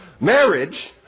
Marriage